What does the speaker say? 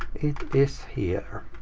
it is here.